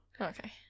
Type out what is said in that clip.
okay